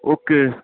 okay